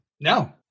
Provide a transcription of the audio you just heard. no